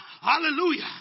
Hallelujah